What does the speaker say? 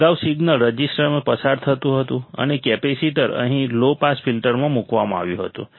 અગાઉ સિગ્નલ રઝિસ્ટરમાંથી પસાર થતું હતું અને કેપેસિટર અહીં લો પાસ ફિલ્ટરમાં મૂકવામાં આવ્યું હતું